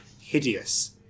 hideous